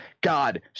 god